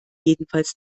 jedenfalls